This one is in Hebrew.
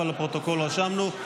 אבל רשמנו לפרוטוקול.